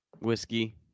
Whiskey